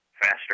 faster